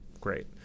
great